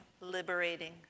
liberating